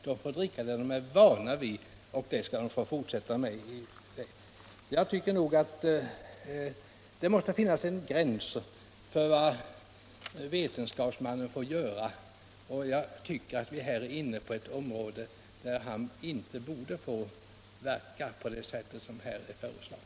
Därför får de dricka vad de är vana vid, och det skall de få fortsätta med. Jag anser att det måste finnas en gräns för vad vetenskapsmannen får göra, och jag tycker att här har vi ett område där han inte borde få verka på det sätt som är planerat.